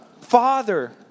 Father